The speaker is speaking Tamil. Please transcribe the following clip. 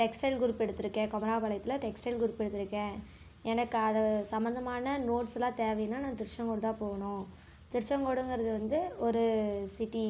டெக்ஸ்டைல் குரூப் எடுத்துருக்கேன் குமராபாளையத்தில் டெக்ஸ்டைல் குரூப் எடுத்துருக்கேன் எனக்கு அது சம்மந்தமான நோட்ஸெலாம் தேவையினா நான் திருச்செங்கோடு தான் போகணும் திருச்செங்கோடுங்கிறது வந்து ஒரு சிட்டி